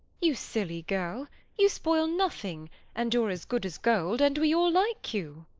you silly girl you spoil nothing and you're as good as gold and we all like you.